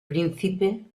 príncipe